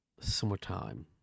summertime